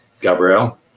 Gabrielle